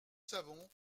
savons